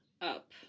up